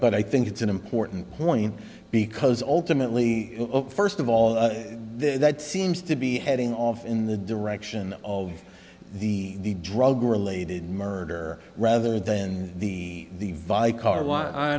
but i think it's an important point because ultimately first of all that seems to be heading off in the direction of the drug related murder rather than the the